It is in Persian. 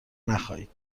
نخایید